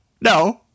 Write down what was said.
no